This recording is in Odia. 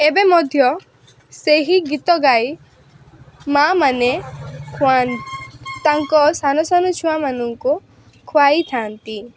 ଏବେ ମଧ୍ୟ ସେହି ଗୀତ ଗାଇ ମାଆମାନେ ଖୁଆନ୍ତି ତାଙ୍କ ସାନ ସାନ ଛୁଆମାନଙ୍କୁ ଖୁଆଇ ଥାଆନ୍ତି